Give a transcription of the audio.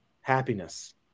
happiness